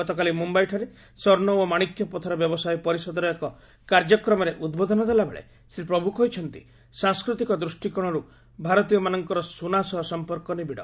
ଗତକାଲି ମୁମ୍ୟାଇଠାରେ ସ୍ୱର୍ଷ ଓ ମାଣିକ୍ୟ ପଥର ବ୍ୟବସାୟ ପରିଷଦର ଏକ କାର୍ଯ୍ୟକ୍ରମରେ ଉଦ୍ବୋଧନ ଦେଲାବେଳେ ଶ୍ରୀ ପ୍ରଭୁ କହିଛନ୍ତି ସାଂସ୍କୃତିକ ଦୃଷ୍ଟିକୋଣର୍ ଭାରତୀୟମାନଙ୍କର ସୁନା ସହ ସମ୍ପର୍କ ନିବିଡ଼